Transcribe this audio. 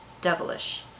devilish